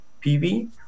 PV